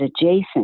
adjacent